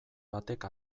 batek